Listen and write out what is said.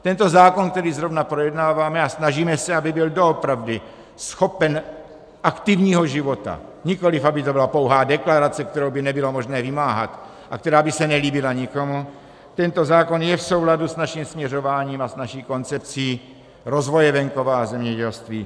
Tento zákon, který projednáváme, a snažíme se, aby byl doopravdy schopen aktivního života, nikoliv aby to byla pouhá deklarace, kterou by nebylo možné vymáhat a která by se nelíbila nikomu, tento zákon je v souladu s naším směřováním a naší koncepcí rozvoje venkova a zemědělství.